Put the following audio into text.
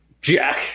Jack